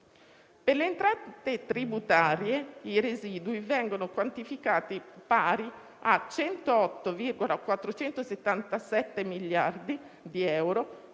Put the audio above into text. Per le entrate tributarie, i residui vengono quantificati pari a 108,477 miliardi di euro,